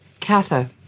Katha